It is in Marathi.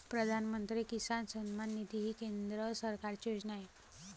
प्रधानमंत्री किसान सन्मान निधी ही केंद्र सरकारची योजना आहे